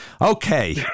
Okay